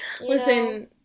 Listen